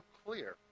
clear